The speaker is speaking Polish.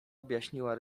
objaśniła